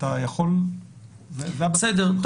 בסדר.